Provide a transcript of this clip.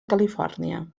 califòrnia